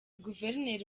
guverineri